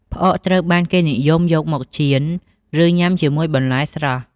ផ្អកត្រូវបានគេនិយមយកមកចៀន ឬញ៉ាំជាមួយបន្លែស្រស់។